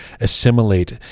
assimilate